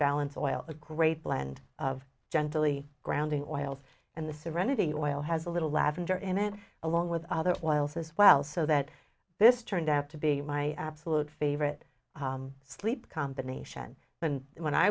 balance oil a great blend of gently grounding oils and the serenity oil has a little lavender in it along with other oils as well so that this turned out to be my absolute favorite sleep combination and when i